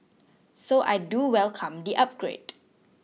so I do welcome the upgrade